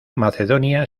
macedonia